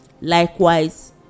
likewise